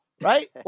right